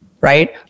Right